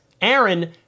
Aaron